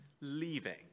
leaving